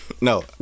no